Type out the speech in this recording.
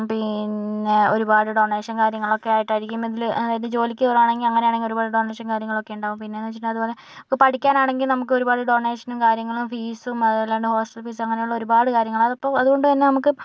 പിന്നെ ഒരുപാട് ഡൊണേഷൻ കാര്യങ്ങളൊക്കെ ആയിട്ടായിരിക്കും ഇതില് അതായത് ജോലിക്ക് കയറുവാണെങ്കിൽ അങ്ങനെയാണെങ്കി ഒരുപാട് ഡൊണേഷൻ കാര്യങ്ങളൊക്കെ ഇണ്ടാവും പിന്നേന്ന് വെച്ചിട്ടുണ്ടെങ്കി അതുപോലെ നമുക്ക് പഠിക്കാനാണെങ്കി നമുക്ക് ഒരുപാട് ഡൊണേഷനും കാര്യങ്ങളും ഫീസും അതുപോലെതന്നെ ഹോസ്റ്റൽ ഫീസും അങ്ങനെയുള്ള ഒരുപാട് കാര്യങ്ങള് അതപ്പൊ അതുകൊണ്ട്തന്നെ നമ്മക്ക്